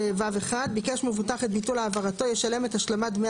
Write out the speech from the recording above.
זה (ו1) 'ביקש מבוטח את ביטול העברתו ישלם את השלמת דמי